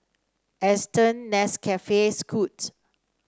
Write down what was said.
Aston Nescafe Scoot